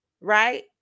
right